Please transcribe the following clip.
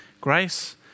Grace